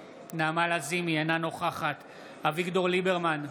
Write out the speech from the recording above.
אינה נוכחת אביגדור ליברמן,